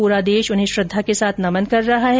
पूरा देश उन्हें श्रृद्वा के साथ नमन कर रहा है